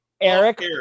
Eric